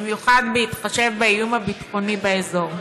במיוחד בהתחשב באיום הביטחוני באזור?